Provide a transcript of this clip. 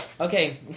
Okay